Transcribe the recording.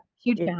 Huge